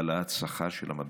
העלאת שכר של המדריכים,